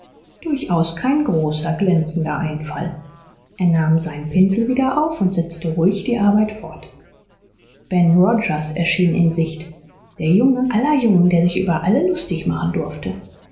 durchaus kein großer glänzender einfall er nahm seinen pinsel wieder auf und setzte ruhig die arbeit fort ben rogers erschien in sicht der junge aller jungen der sich über alle lustig machen durfte